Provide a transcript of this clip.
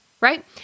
right